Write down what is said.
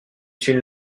une